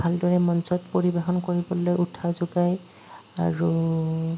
ভালদৰে মঞ্চত পৰিৱেশন কৰিবলৈ উৎসাহ যোগায় আৰু